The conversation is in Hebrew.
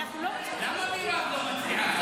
למה מירב לא מציעה?